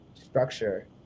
structure